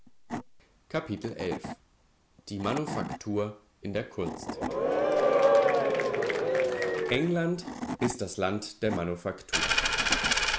die manufaktur in der kunst england ist das land der manufaktur